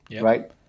right